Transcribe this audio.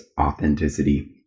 authenticity